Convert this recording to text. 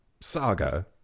saga